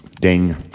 Ding